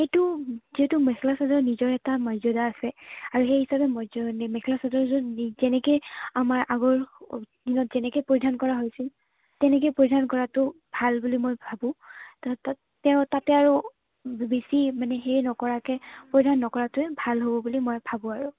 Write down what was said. এইটো যিহেতু মেখেলা চাদৰ নিজৰ এটা মৰ্যদা আছে আৰু সেই হিচাপে মৰ্য মেখেলা চাদৰযোৰ যেনেকৈ আমাৰ আগৰ দিনত যেনেকৈ পৰিধান কৰা হৈছিল তেনেকৈ পৰিধান কৰাটো ভাল বুলি মই ভাবোঁ ত তেওঁ তাতে আৰু বেছি মানে সেই নকৰাকৈ পৰিধান নকৰাটোৱে ভাল হ'ব বুলি মই ভাবোঁ আৰু